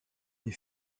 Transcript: des